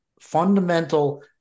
fundamental